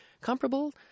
comparable